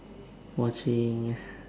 watching